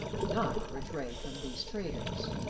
not rattray from these traitors.